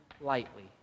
lightly